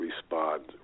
respond